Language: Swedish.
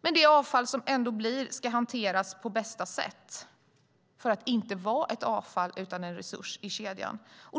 Det avfall som det trots allt blir ska hanteras på bästa sätt för att inte vara ett avfall utan en resurs i kedjan.